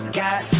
got